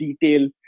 detail